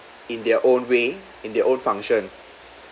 in their own way in their own function